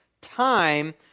time